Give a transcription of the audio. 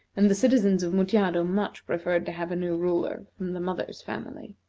and the citizens of mutjado much preferred to have a new ruler from the mother's family.